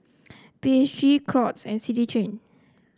B H G Crocs and City Chain